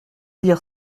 dire